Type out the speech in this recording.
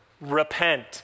repent